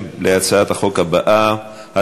ובכן, 33 בעד, שבעה מתנגדים.